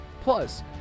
Plus